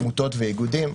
עמותות ואיגודים,